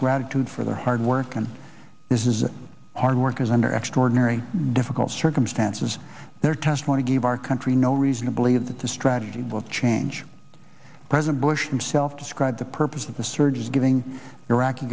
gratitude for their hard work and this is hard work as under extraordinary difficult circumstances their testimony gave our country no reason to believe that the strategy will change president bush himself described the purpose of the surge as giving iraqi